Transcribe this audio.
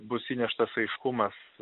bus įneštas aiškumas